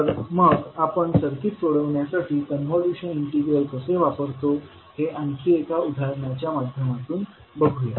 तर मग आपण सर्किट सोडविण्यासाठी कॉन्व्होल्यूशन इंटिग्रल कसे वापरतो हे आणखी एका उदाहरणाच्या माध्यमातुन बघूया